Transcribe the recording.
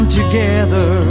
together